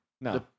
No